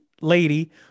lady